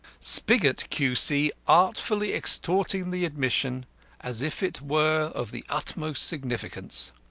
spigot, q c, artfully extorting the admission as if it were of the utmost significance.